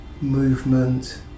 Movement